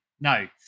no